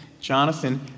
Jonathan